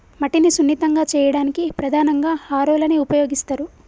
మట్టిని సున్నితంగా చేయడానికి ప్రధానంగా హారోలని ఉపయోగిస్తరు